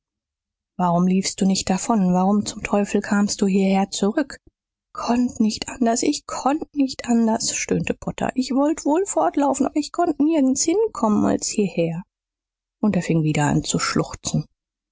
warum liefst du nicht davon warum zum teufel kamst du hierher zurück konnt nicht anders ich konnt nicht anders stöhnte potter ich wollt wohl fortlaufen aber ich konnt nirgends hinkommen als hierher und er fing wieder an zu schluchzen